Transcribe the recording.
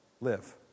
live